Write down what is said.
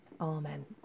Amen